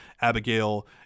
Abigail